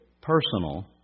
personal